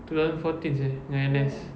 two thousand fourteen seh yang N_S